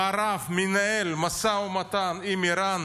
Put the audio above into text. המערב מנהל משא ומתן עם איראן,